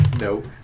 Nope